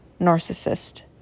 narcissist